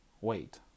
wait